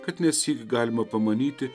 kad nesyk galima pamanyti